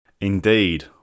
Indeed